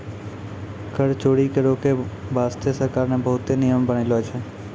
कर चोरी के रोके बासते सरकार ने बहुते नियम बनालो छै